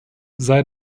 sei